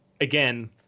again